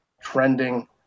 trending